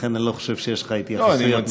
לכן אני לא חושב שיש לך התייחסויות נוספות.